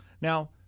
Now